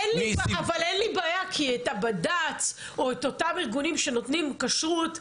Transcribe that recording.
אין לי בעיה כי את הבד"ץ או את אותם ארגונים שנותנים כשרות,